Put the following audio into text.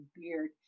Beard